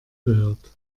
gehört